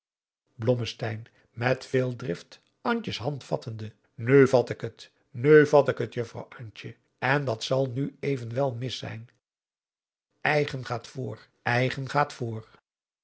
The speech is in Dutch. met veel drift antjes hand vattende nu vat ik het nu vat ik het juffrouw antje en dat zal nu evenwel mis zijn eigen gaat voor eigen gaat voor